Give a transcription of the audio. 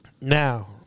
Now